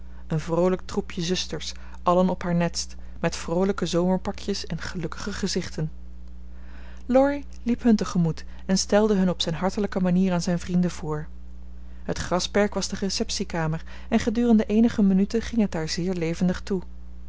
een vroolijk troepje zusters allen op haar netst met vroolijke zomerpakjes en gelukkige gezichten laurie liep hun te gemoet en stelde hun op zijn hartelijke manier aan zijn vrienden voor het grasperk was de receptiekamer en gedurende eenige minuten ging het daar zeer levendig toe